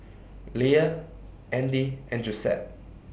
Leia Andy and Josette